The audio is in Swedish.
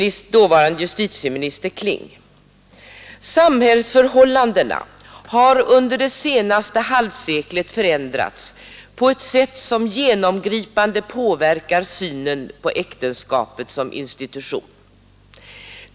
Där skrev dåvarande justitieminister Kling: Samhällsförhållandena har under det senaste halvseklet förändrats på ett sätt som genomgripande påverkar synen på äktenskapet som institution.